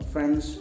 Friends